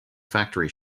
factory